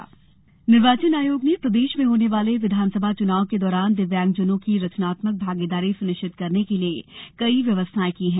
दिव्यांग निर्वाचन निर्वाचन आयोग ने प्रदेश में होने वाले विधानसभा चुनाव के दौरान दिव्यांनगजनों की रचनात्मक भागीदारी सुनिश्चित करने के लिए कई व्यवस्थाएं की हैं